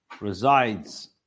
resides